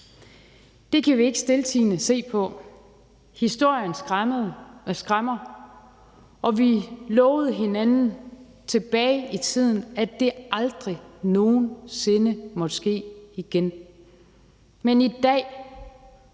Det kan vi ikke stiltiende se på. Historien skræmmer, og vi lovede hinanden tilbage i tiden, at det aldrig nogen sinde måtte ske igen. Men i dag